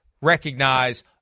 recognize